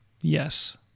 Yes